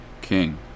king